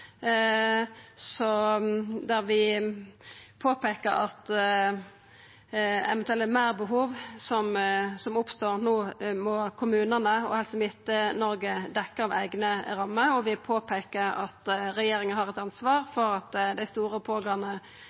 der vi påpeiker at eventuelle meirbehov som oppstår no, må kommunane og Helse Midt-Norge dekkja av eigne rammer. Vi påpeiker at regjeringa har eit ansvar for at dei store og pågåande